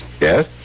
Yes